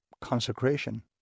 consecration